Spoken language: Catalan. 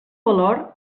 valor